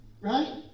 right